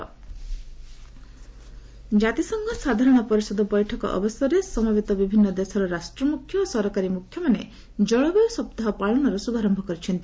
UN climate ଜାତିସଂଘ ସାଧାରଣ ପରିଷଦ ବୈଠକ ଅବସରରେ ସମବେତ ବିଭିନ୍ନ ଦେଶର ରାଷ୍ଟ୍ରମୁଖ୍ୟ ଓ ସରକାରୀ ମୁଖ୍ୟମାନେ ଜଳବାୟୁ ସପ୍ତାହ ପାଳନର ଶୁଭାରମ୍ଭ କରିଛନ୍ତି